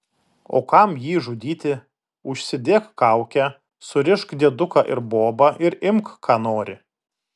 o kam jį žudyti užsidėk kaukę surišk dieduką ir bobą ir imk ką nori